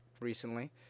recently